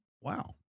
wow